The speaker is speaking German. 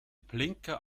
blinker